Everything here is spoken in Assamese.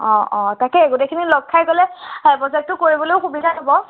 অ অ তাকেই গোটেইখিনি লগ খাই গ'লে প্ৰজেক্টটো কৰিবলৈয়ো সুবিধা হ'ব